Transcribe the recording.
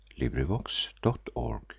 LibriVox.org